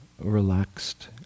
relaxed